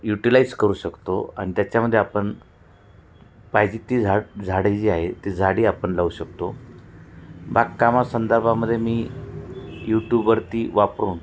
utilise करू शकतो आणि त्याच्यामध्ये आपण पाहिजे ती झाड झाडे जी आहे ती झाडी आपण लावू शकतो बागकामासंदर्भामध्ये मी यूट्यूबवरती वापरून